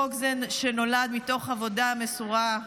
חוק זה, שנולד מתוך עבודה מסורה,